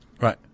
Right